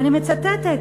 אני מצטטת.